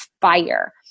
fire